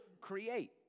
create